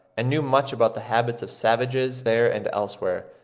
and knew much about the habits of savages there and elsewhere,